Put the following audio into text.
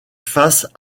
face